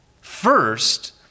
first